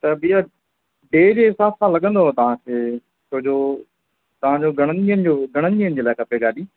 त भैया डे जे हिसाबु सां लॻंदव तव्हांखे छो जो तव्हांजो घणनि ॾींहंनि जो घणनि ॾींहंनि जे लाइ खपे गाॾी